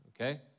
okay